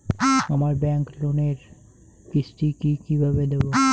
আমার ব্যাংক লোনের কিস্তি কি কিভাবে দেবো?